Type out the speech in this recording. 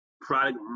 product